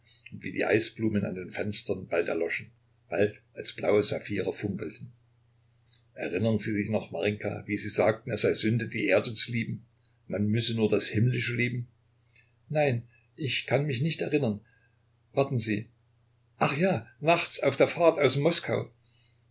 wie die eisblumen an den fenstern bald erloschen bald als blaue saphire funkelten erinnern sie sich noch marinjka wie sie sagten es sei sünde die erde zu lieben man müsse nur das himmlische lieben nein ich kann mich nicht erinnern warten sie ach ja nachts auf der fahrt aus moskau